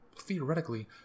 theoretically